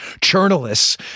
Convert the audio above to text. journalists